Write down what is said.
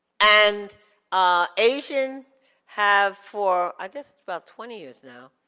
and ah asian have for, i guess it's about twenty years now,